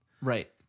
Right